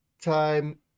time